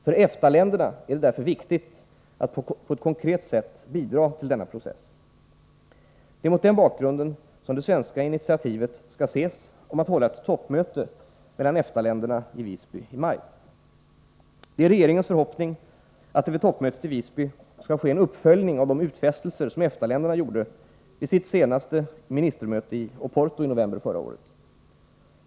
För EFTA-länderna är det därför viktigt att på ett konkret sätt bidra till denna process. Det är mot denna bakgrund man skall se det svenska initiativet beträffande ett toppmöte mellan EFTA-länderna i Visby i maj. Det är regeringens förhoppning att det vid toppmötet i Visby skall ske en uppföljning av de utfästelser som EFTA-länderna gjorde vid sitt senaste ministermöte i Oporto i november förra året.